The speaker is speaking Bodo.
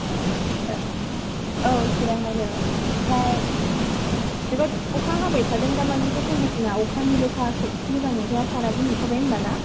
औ चिरांआवनो ओमफ्राय जोबोद अखा हाबाय थादों दामानिथ' कन्डिशना अखानिल'खा मोजां नंखाया साराबो नुखाबाय होनबा ना